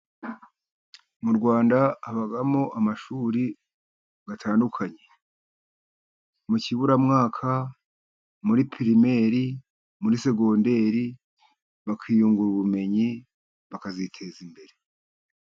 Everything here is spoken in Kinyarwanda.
M'Urwanda habamo amashuri atandukanye mu kiburamwaka, muri primairi, muri segonndairi, bakiyungura ubumenyi bakaziteza imbere.